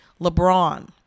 LeBron